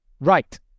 Right